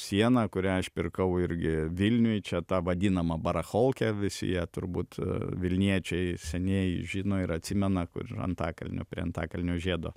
siena kurią aš pirkau irgi vilniuj čia ta vadinama barachokė visi ją turbūt vilniečiai senieji žino ir atsimena kur antakalnio prie antakalnio žiedo